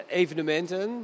evenementen